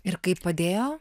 ir kaip padėjo